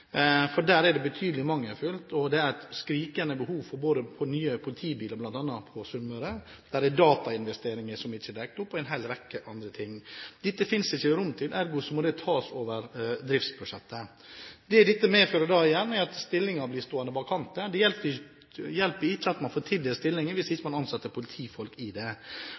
Der er det betydelige mangler. Det er et skrikende behov for nye politibiler, bl.a. på Sunnmøre, det er datainvesteringer som ikke blir dekket, og en hel rekke andre ting. Dette finnes det ikke rom for, ergo må det tas over driftsbudsjettet. Dette igjen medfører at stillinger blir stående vakante. Det hjelper ikke at man får tildelt stillinger, hvis man ikke ansetter politifolk i dem. Om det